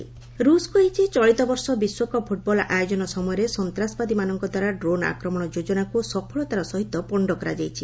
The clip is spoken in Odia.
ରୁଷ୍ ଡ୍ରୋନ୍ ରୁଷ୍ କହିଛି ଚଳିତ ବର୍ଷ ବିଶ୍ୱକପ୍ ଫୁଟ୍ବଲ୍ ଆୟୋଜନ ସମୟରେ ସନ୍ତାସବାଦୀଙ୍କଦ୍ୱାରା ଡ୍ରୋନ୍ ଆକ୍ରମଣ ଯୋଜନାକୁ ସଫଳତାର ସହିତ ପଣ୍ଡ କରାଯାଇଛି